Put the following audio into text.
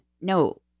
no